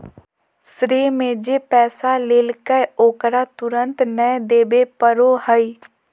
श्रेय में जे पैसा लेलकय ओकरा तुरंत नय देबे पड़ो हइ